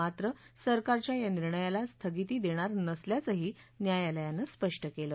मात्र सरकारच्या या निर्णयाला स्थगिती देणार नसल्याचंही न्यायालयानं स्पष्ट केलं